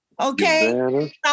Okay